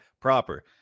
Proper